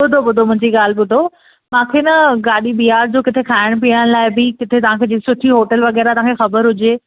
ॿुधो ॿुधो मुंहिंजी ॻाल्हि ॿुधो मूंखे न गाॾी बिहारिजो किथे खाइण पीअण लाइ बि किथे तव्हां खे जी सुची होटल वग़ैरह तव्हां खे ख़बर हुजे